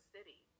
City